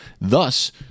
Thus